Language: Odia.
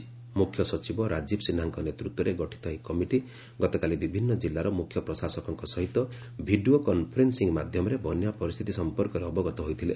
ମ୍ରଖ୍ୟ ସଚିବ ରାଜୀବ ସିହ୍ରାଙ୍କ ନେତୃତ୍ୱରେ ଗଠିତ ଏହି କମିଟି ଗତକାଲି ବିଭିନ୍ନ ଜିଲ୍ଲାର ମୁଖ୍ୟ ପ୍ରଶାସକଙ୍କ ସହିତ ଭିଡ଼ିଓ କନ୍ଫରେନ୍ନିଂ ମାଧ୍ୟମରେ ବନ୍ୟା ପରିସ୍ଥିତି ସମ୍ପର୍କରେ ଅବଗତ ହୋଇଥିଲେ